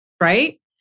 right